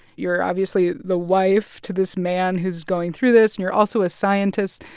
you're, obviously, the wife to this man who's going through this. and you're also a scientist,